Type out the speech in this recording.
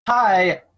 hi